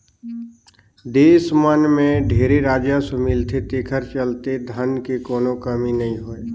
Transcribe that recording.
देस मन मं ढेरे राजस्व मिलथे तेखरे चलते धन के कोनो कमी नइ होय